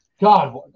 God